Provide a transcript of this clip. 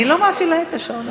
אני לא מפעילה את השעון.